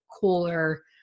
cooler